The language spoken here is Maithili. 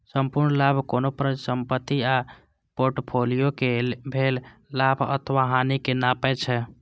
संपूर्ण लाभ कोनो परिसंपत्ति आ फोर्टफोलियो कें भेल लाभ अथवा हानि कें नापै छै